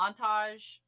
montage